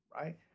right